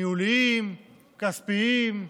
ניהוליים, כספיים,